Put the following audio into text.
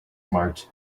marked